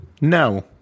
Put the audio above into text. No